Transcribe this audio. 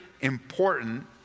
important